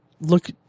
look